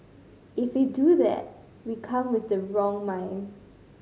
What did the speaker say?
if we do that we come with the wrong in mind